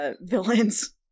villains